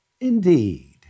Indeed